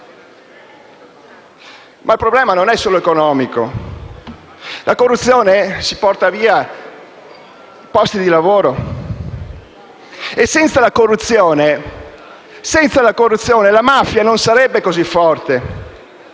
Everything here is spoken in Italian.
Il problema non è solo economico. La corruzione si porta via posti di lavoro e senza la corruzione la mafia non sarebbe così forte.